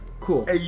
Cool